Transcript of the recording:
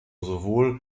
sowohl